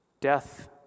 Death